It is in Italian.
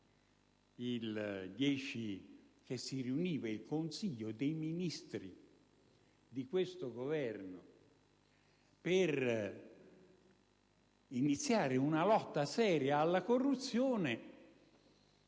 che si riuniva il Consiglio dei ministri di questo Governo per iniziare una lotta seria alla corruzione